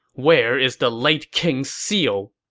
where is the late king's seal?